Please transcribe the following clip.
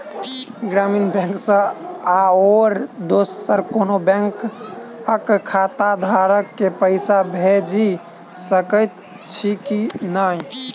ग्रामीण बैंक सँ आओर दोसर कोनो बैंकक खाताधारक केँ पैसा भेजि सकैत छी की नै?